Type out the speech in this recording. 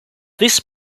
this